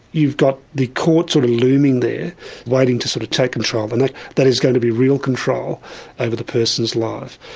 you've got the court sort of looming there waiting to sort of take control, and but like that is going to be real control over the person's life.